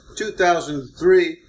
2003